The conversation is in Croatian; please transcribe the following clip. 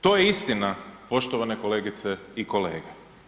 To je istina poštovane kolegice i kolege.